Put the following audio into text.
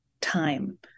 time